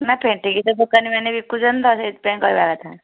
ନା ଫେଣ୍ଟିକି ତ ଦୋକାନୀମାନେ ବିକୁଛନ୍ତି ତ ସେଇଥିପାଇଁ କହିବା କଥା